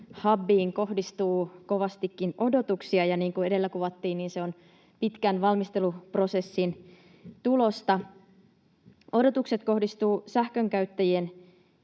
kohdistuu kovastikin odotuksia, ja niin kuin edellä kuvattiin, se on pitkän valmisteluprosessin tulosta. Odotukset kohdistuvat sähkönkäyttäjien